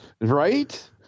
Right